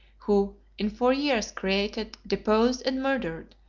who in four years created, deposed, and murdered,